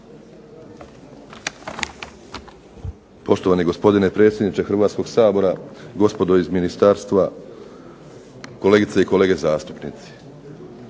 Poštovani gospodine predsjedniče Hrvatskog sabora, gospodo iz ministarstva, kolegice i kolege zastupnici.